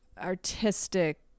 artistic